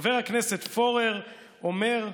חבר הכנסת פורר אומר: